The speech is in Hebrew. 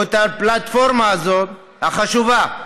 או את הפלטפורמה הזאת, החשובה,